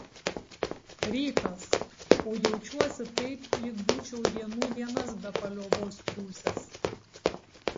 rytas o jaučiuosi taip lyg būčiau dienų dienas be paliovos triūsęs